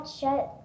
shut